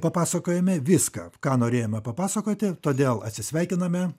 papasakojome viską ką norėjome papasakoti todėl atsisveikiname